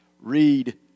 read